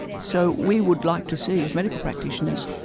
so we would like to see, as medical practitioners,